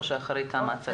אני אדבר בהמשך.